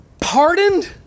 pardoned